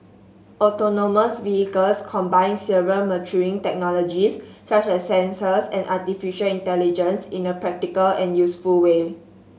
autonomous vehicles combine several maturing technologies such as sensors and artificial intelligence in a practical and useful way